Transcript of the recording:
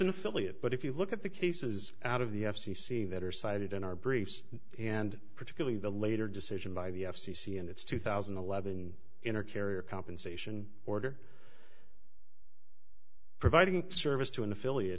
an affiliate but if you look at the cases out of the f c c that are cited in our briefs and particularly the later decision by the f c c and it's two thousand and eleven in a carrier compensation order providing a service to an affiliate